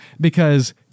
because-